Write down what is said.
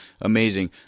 amazing